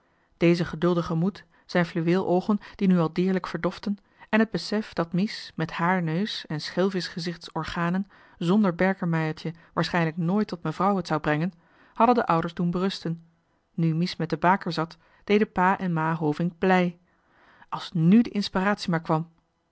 deze geduldige moed zijn fluweeloogen die nu al deerlijk verdoften en het besef dat mies met haar neus en schelvisch gezichts organen zonder berkemeiertje waarschijnlijk nooit tot mevrouw het zou brengen hadden de ouders doen berusten nu mies met de baker zat deden pa en ma hovink blij als nù ook de inspiratie maar kwam